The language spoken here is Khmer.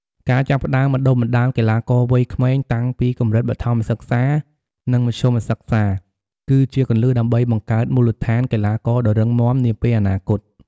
ការចាប់ផ្តើមបណ្តុះបណ្តាលកីឡាករវ័យក្មេងតាំងពីកម្រិតបឋមសិក្សា និងមធ្យមសិក្សា គឺជាគន្លឹះដើម្បីបង្កើតមូលដ្ឋានកីឡាករដ៏រឹងមាំនាពេលអនាគត។